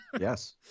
Yes